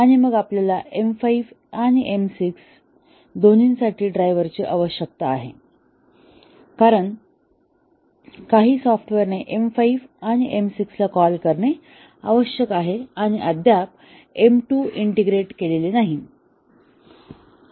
आणि मग आपल्याला M5 आणि M6 दोन्हीसाठी ड्रायव्हर्सची आवश्यकता आहे कारण काही सॉफ्टवेअरने M5 आणि M6 ला कॉल करणे आवश्यक आहे आपण अद्याप M2 इंटिग्रेट केलेले नाही